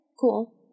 cool